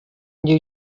new